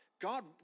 God